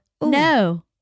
No